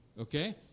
Okay